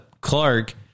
Clark